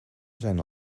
zijn